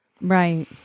right